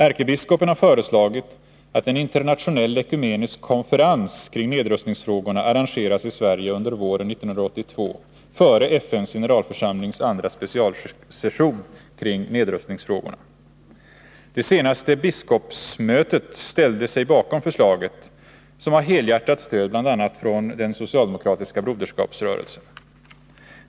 Ärkebiskopen har föreslagit att en internationell ekumenisk konferens kring nedrustningsfrågorna skall arrangeras i Sverige under våren 1982 före FN:s generalförsamlings andra specialsession kring nedrustningsfrågorna. Det senaste biskopsmötet ställde sig bakom förslaget, som har helhjärtat stöd från bl.a. den socialdemokratiska Broderskapsrörelsen.